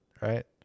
right